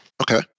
Okay